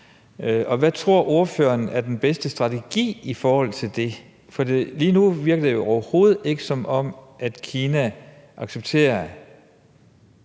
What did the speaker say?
Hvad tror ordføreren er den bedste strategi i forhold til det? Lige nu virker det jo overhovedet ikke, som om Kina accepterer